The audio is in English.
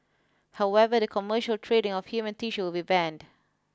however the commercial trading of human tissue will be banned